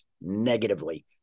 negatively